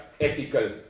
ethical